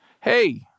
Hey